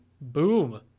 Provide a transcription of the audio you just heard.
Boom